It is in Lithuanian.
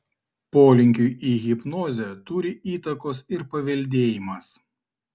polinkiui į hipnozę turi įtakos ir paveldėjimas